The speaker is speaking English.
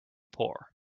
poor